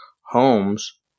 homes